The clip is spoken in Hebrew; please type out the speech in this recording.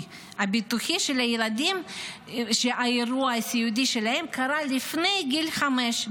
הביטוחי של ילדים שהאירוע הסיעודי שלהם קרה לפני גיל חמש,